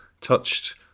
touched